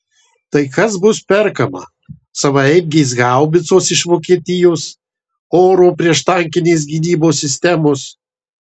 tai kas bus perkama savaeigės haubicos iš vokietijos oro prieštankinės gynybos sistemos